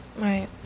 Right